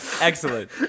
Excellent